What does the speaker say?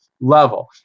level